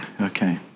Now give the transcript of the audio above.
Okay